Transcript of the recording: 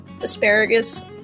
asparagus